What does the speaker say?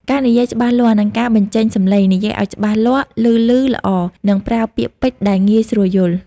ការនិយាយច្បាស់លាស់ និងការបញ្ចេញសំឡេង និយាយឱ្យច្បាស់លាស់ ឮៗល្អ និងប្រើពាក្យពេចន៍ដែលងាយស្រួលយល់។